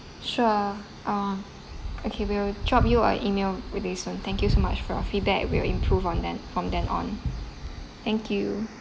sure ah okay we will drop you an email with this one thank you so much for your feedback we will improve on then from then on thank you